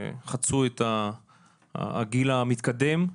חצו את הגיל המתקדם,